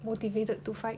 motivated to fight